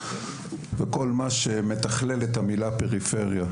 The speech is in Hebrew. וכל מה שמתכלל את המילה פריפריה,